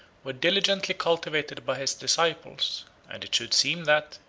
were diligently cultivated by his disciples and it should seem that,